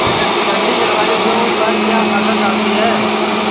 ठंडी जलवायु गेहूँ पर क्या असर डालती है?